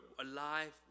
alive